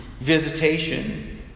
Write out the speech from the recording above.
visitation